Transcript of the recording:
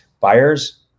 buyers